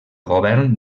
govern